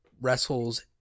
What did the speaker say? wrestles